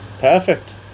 Perfect